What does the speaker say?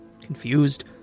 Confused